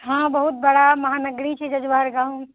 हँ बहुत बड़ा महानगरी छै जजुआर गाँव